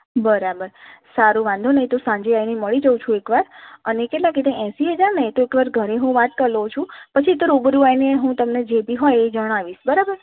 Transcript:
બરાબર સારું વાંધો નહીં તો સાંજે આવીને મળી જાઉં છું એકવાર અને કેટલા કીધા એંશી હજાર ને તો એક વખત ઘરે હું વાત કરી લઉં છું પછી તો રૂબરૂ આવીને હું તમને જે બી હોય એ જણાવીશ બરાબર